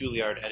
Juilliard